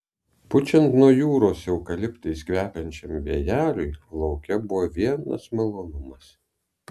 pučiant nuo jūros eukaliptais kvepiančiam vėjeliui lauke buvo vienas malonumas